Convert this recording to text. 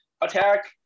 attack